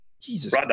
Jesus